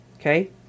okay